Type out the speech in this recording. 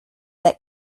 that